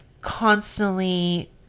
constantly